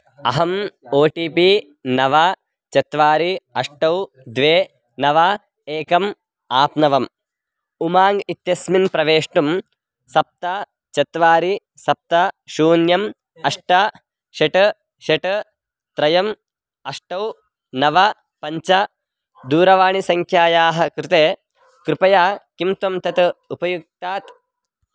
अहम् O T P नव चत्वारि अष्टौ द्वे नव एकम् आप्नवम् उमाङ्ग् इत्यस्मिन् प्रवेष्टुं सप्त चत्वारि सप्त शून्यम् अष्ट षट् षट् त्रयम् अष्टौ नव पञ्च दूरवाणीसङ्ख्यायाः कृते कृपया किं त्वं तत् उपयुङ्क्तात्